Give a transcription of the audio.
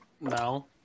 No